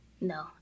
No